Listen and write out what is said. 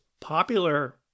popular